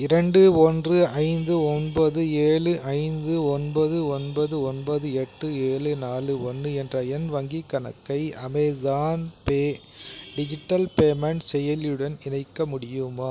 இரண்டு ஒன்று ஐந்து ஒன்பது ஏழு ஐந்து ஒன்பது ஒன்பது ஒன்பது எட்டு ஏழு நாலு ஒன்று என்ற என் வங்கிக் கணக்கை அமேஸான் பே டிஜிட்டல் பேமெண்ட் செயலியுடன் இணைக்க முடியுமா